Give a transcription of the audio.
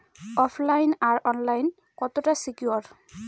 ওফ line আর online কতটা secure?